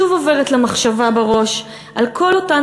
שוב עוברת לה מחשבה בראש על כל אותן